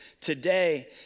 today